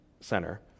center